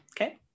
Okay